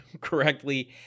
correctly